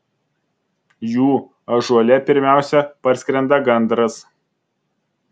jų ąžuole pirmiausia parskrenda gandras